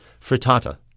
Frittata